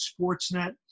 Sportsnet